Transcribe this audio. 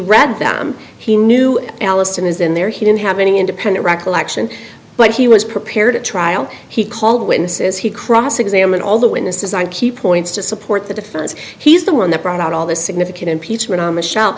read them he knew allison is in there he didn't have any independent recollection but he was prepared at trial he called witnesses he cross examined all the witnesses on key points to support the defense he's the one that brought out all the significant impeachment